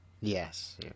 Yes